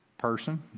person